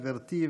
גברתי,